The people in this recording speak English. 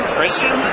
Christian